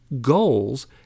goals